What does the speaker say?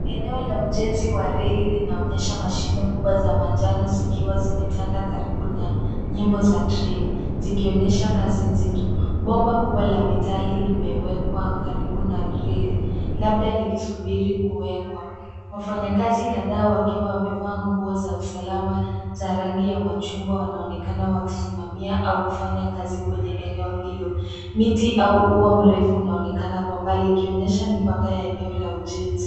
Eneo la ujenzi wa reli linaonyesha mashine kubwa za manjano zikiwa zimetanda karibu na nyimbo za treni zikionesha kazi nzito. Bomba kubwa la metali limewekwa karibu na reli labda likisubiri kuwekwa. Wafanyakazi kadhaa wakiwa wamevaa nguo za usalama za rangi ya machungwa wanaonekana wakisimamia au kufanya kazi kwenye eneo hilo. Miti au ua mrefu unaonekana kwa mbali ikionyesha mipaka ya eneo la ujenzi.